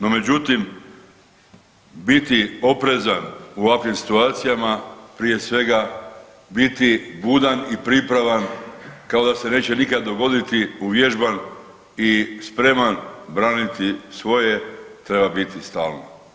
No međutim, biti oprezan u ovakvim situacijama prije svega biti budan i pripravan kao da se neće nikad dogoditi, uvježban i spreman braniti svoje treba biti stalno.